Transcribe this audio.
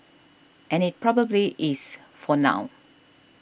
and it probably is for now